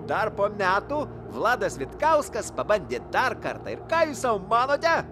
dar po metų vladas vitkauskas pabandė dar kartą ir ką jūs sau manote